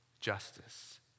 justice